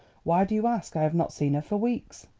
why do you ask? i have not seen her for weeks.